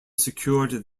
secured